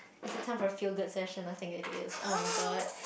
is it time for a feel good session I think it is oh-my-god